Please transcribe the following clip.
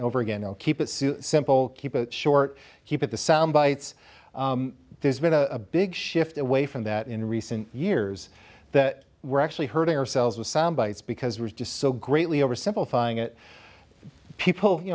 and over again i'll keep it simple keep it short keep it the sound bites there's been a big shift away from that in recent years that we're actually hurting ourselves with sound bites because there's just so greatly oversimplifying it people you